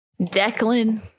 Declan